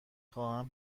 خواهم